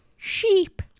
Sheep